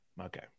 Okay